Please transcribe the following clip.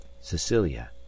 cecilia